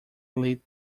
lit